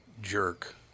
jerk